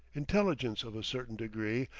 intelligence, of a certain degree,